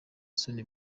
soni